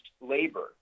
labor